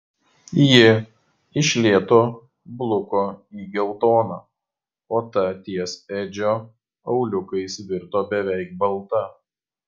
ji iš lėto bluko į geltoną o ta ties edžio auliukais virto beveik balta